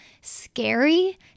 scary